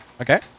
Okay